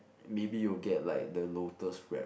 maybe you will get like the lotus wrap